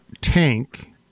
tank